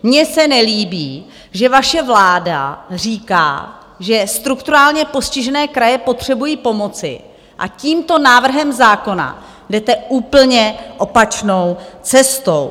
Mně se nelíbí, že vaše vláda říká, že strukturálně postižené kraje potřebují pomoci, a tímto návrhem zákona jdete úplně opačnou cestou.